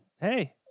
hey